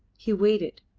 he waited,